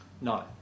No